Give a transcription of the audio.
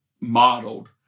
modeled